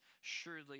surely